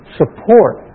support